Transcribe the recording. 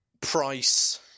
Price